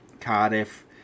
Cardiff